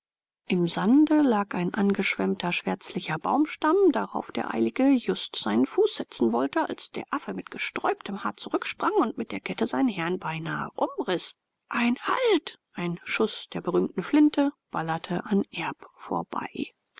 im sande lag ein angeschwemmter schwärzlicher baumstamm darauf der eilige just seinen fuß setzen wollte als der affe mit gesträubtem haar zurücksprang und mit der kette seinen herrn beinahe umriß ein halt ein schuß der berühmten flinte ballerte an erb vorbei